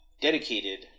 dedicated